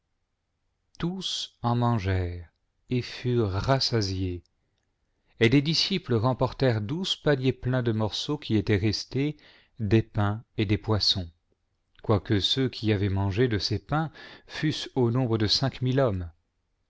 tous en mangèrent et furent rassasiés et les disciples remportèrent douze paniers pleins des morceaux qui étaient restés des pains et des poissons quoique ceux qui avaient mangé de ces paiis fassent au nombre de cinq mille hommes